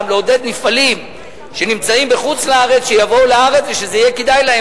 גם לעודד מפעלים שנמצאים בחוץ-לארץ שיבואו לארץ ושזה יהיה כדאי להם,